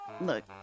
Look